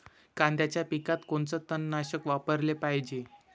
कांद्याच्या पिकात कोनचं तननाशक वापराले पायजे?